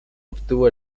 obtuvo